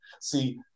See